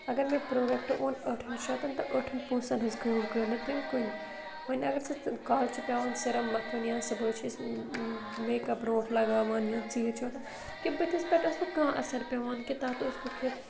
اگر مےٚ پروڈَکٹ اوٚن ٲٹھَن شَتَن تہٕ ٲٹھَن پونٛسَن ہٕنٛز کٲم کٔر نہٕ تٔمۍ کُنہِ وَنۍ اگر سُہ کالہٕ چھِ پیٚوان سرم مَتھُن یا صُبحٲے چھِ أسۍ میک اَپ برونٛٹھ لَگاوان یا ژیٖرۍ چھِ وۄتھان کہِ بٕتھِس پیٚٹھ ٲس نہٕ کانٛہہ اَثَر پیٚوان کہِ تَتھ اوس لیٚکھتھ